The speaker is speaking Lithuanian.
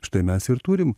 štai mes ir turim